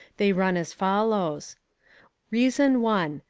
they run as follows reason one,